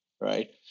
Right